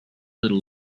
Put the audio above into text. little